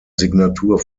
signatur